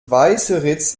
weißeritz